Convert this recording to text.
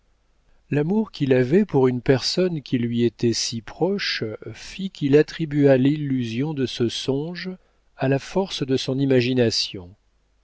l'amour qu'il avait pour une personne qui lui était si proche fit qu'il attribua l'illusion de ce songe à la force de son imagination